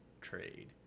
trade